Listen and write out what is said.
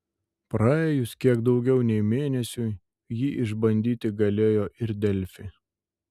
praėjus kiek daugiau nei mėnesiui jį išbandyti galėjo ir delfi